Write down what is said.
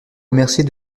remercier